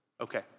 Okay